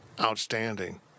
Outstanding